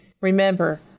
Remember